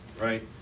right